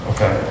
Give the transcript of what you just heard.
Okay